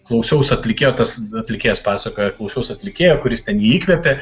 klausiausi atlikėjo tas atlikėjas pasakoja klausaus atlikėjo kuris ten jį įkvepia